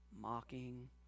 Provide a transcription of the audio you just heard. mocking